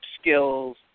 skills